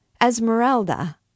Esmeralda